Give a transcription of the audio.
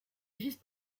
vice